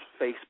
Facebook